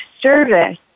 service